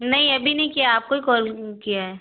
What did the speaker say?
नहीं अभी नहीं किया आपको ही कॉल किया है